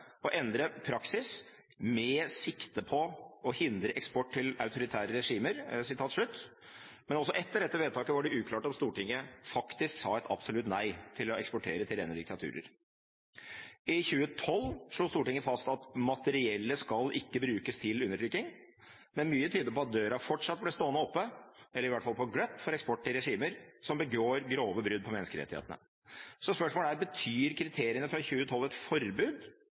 endre praksis med sikte på å forhindre eksport til autoritære regimer. Men også etter dette vedtaket var det uklart om Stortinget faktisk sa et absolutt nei til å eksportere til rene diktaturer. I 2012 slo Stortinget fast at materiellet ikke skal brukes til undertrykking, men mye tyder på at døra fortsatt ble stående åpen, eller i hvert fall på gløtt, for eksport til regimer som begår grove brudd på menneskerettighetene. Så spørsmålet er: Betyr kriteriene fra 2012 et forbud,